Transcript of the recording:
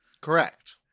Correct